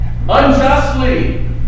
Unjustly